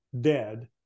dead